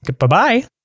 Goodbye